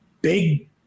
Big